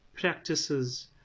practices